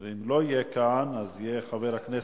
ואם לא יהיה כאן, ידבר חבר הכנסת,